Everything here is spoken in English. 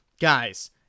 guys